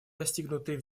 достигнутый